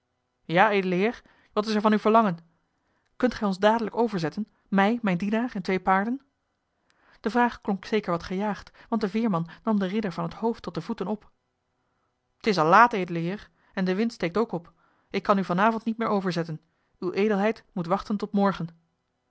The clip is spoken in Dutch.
ja edele heer wat is er van uw verlangen kunt ge ons dadelijk overzetten mij mijn dienaar en twee paarden de vraag klonk zeker wat gejaagd want de veerman nam den ridder van het hoofd tot de voeten op t is al laat edele heer en de wind steekt ook op ik kan u van avond niet meer overzetten uwe edelheid moet wachten tot morgen